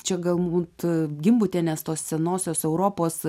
čia galbūt gimbutienės tos senosios europos